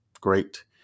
great